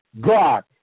God